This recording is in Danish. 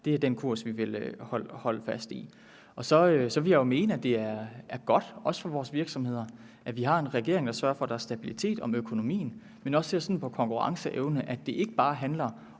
Det er den kurs, vi vil holde fast i. Så vil jeg jo mene, at det er godt, også for vores virksomheder, at vi har en regering, der sørger for, at der er stabilitet om økonomien, og også at det ikke bare handler om